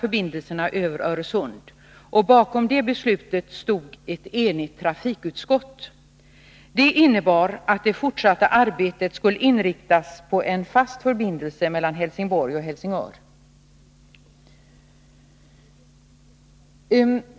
Bakom beslutet 1975 stod ett enigt trafikutskott, och beslutet innebar att det fortsatta arbetet skulle inriktas på en fast förbindelse mellan Helsingborg och Helsingör.